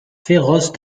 féroces